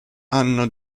hanno